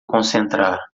concentrar